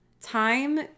Time